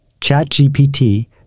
ChatGPT